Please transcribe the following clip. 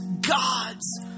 God's